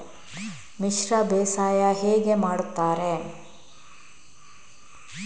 ಮಿಶ್ರ ಬೇಸಾಯ ಹೇಗೆ ಮಾಡುತ್ತಾರೆ?